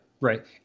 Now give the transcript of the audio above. Right